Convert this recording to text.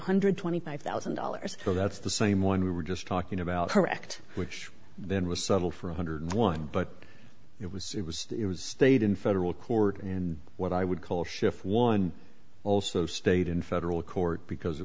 hundred and twenty five thousand dollars so that's the same one we were just talking about her act which then was subtle for one hundred and one dollars but it was it was it was stayed in federal court and what i would call schiff one also stayed in federal court because it